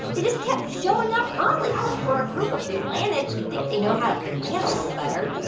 they just kept showing up early. for a group of planets, you'd think they'd know how to plan a little better